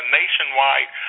nationwide